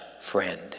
friend